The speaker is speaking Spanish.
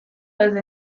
desde